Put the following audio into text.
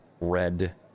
red